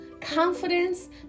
confidence